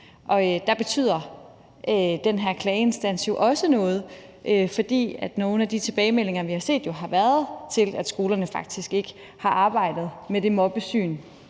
Der betyder den her klageinstans jo også noget. For nogle af de tilbagemeldinger, vi har set, handler jo om, at skolerne faktisk ikke har arbejdet med det mobbesyn,